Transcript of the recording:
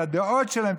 את הדעות שלהם,